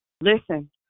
Listen